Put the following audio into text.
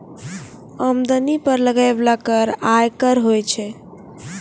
आमदनी पर लगै बाला कर आयकर होय छै